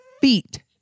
feet